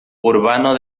urbano